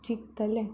चिंत्तलें